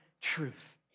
truth